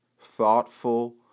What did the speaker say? thoughtful